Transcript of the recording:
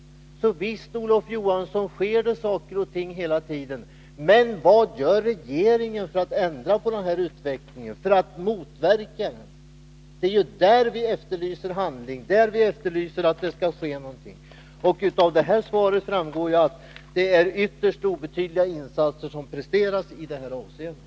Så visst, Olof Johansson, sker det saker och ting hela tiden, men vad gör regeringen för att motverka utvecklingen? Det är där vi efterlyser handling, att det skall ske någonting. Av interpellationssvaret framgår att det är ytterst obetydliga insatser som presteras i det avseendet.